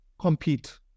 compete